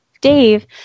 Dave